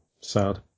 Sad